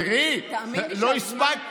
תאמין לי, אבל תראי, לא הספקתי.